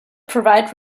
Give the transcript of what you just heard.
provided